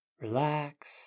Relax